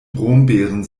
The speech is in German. brombeeren